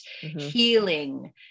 healing